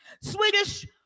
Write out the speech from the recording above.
swedish